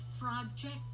project